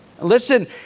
Listen